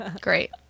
Great